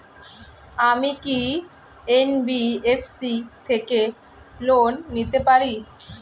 আমি কি এন.বি.এফ.সি থেকে লোন নিতে পারি?